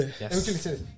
Yes